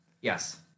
Yes